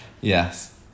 Yes